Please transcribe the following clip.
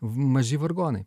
maži vargonai